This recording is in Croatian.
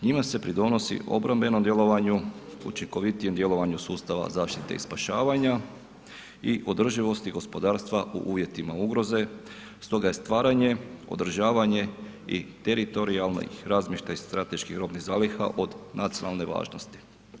Njima se pridonosi obrambenom djelovanju, učinkovitijem djelovanju sustava zaštite i spašavanja i održivosti gospodarstva u uvjetima ugroze stoga je stvaranje, održavanje i teritorijalni razmještaj strateških robnih zaliha od nacionalne važnosti.